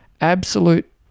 Absolute